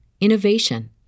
innovation